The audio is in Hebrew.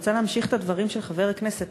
אני רוצה להמשיך את הדברים של חבר הכנסת